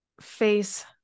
face